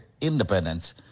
independence